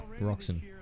Roxon